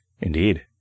Indeed